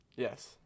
Yes